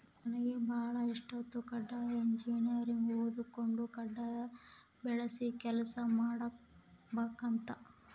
ನನಗೆ ಬಾಳ ಇಷ್ಟಿತ್ತು ಕಾಡ್ನ ಇಂಜಿನಿಯರಿಂಗ್ ಓದಕಂಡು ಕಾಡ್ನ ಬೆಳಸ ಕೆಲ್ಸ ಮಾಡಬಕಂತ